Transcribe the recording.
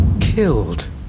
killed